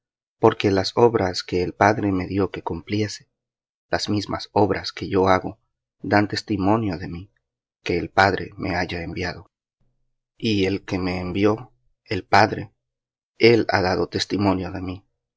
porque las obras que el padre me dió que cumpliese las mismas obras que yo hago dan testimonio de mí que el padre me haya enviado y el que me envió el padre él ha dado testimonio de mí